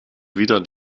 wieder